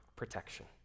protection